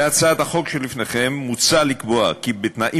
בהצעת החוק שלפניכם מוצע לקבוע כי בתנאים